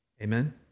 Amen